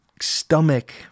stomach